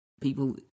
People